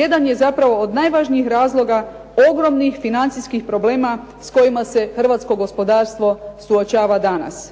jedan je zapravo od najvažnijih razloga ogromnih financijskih problema s kojima se hrvatsko gospodarstvo suočava danas.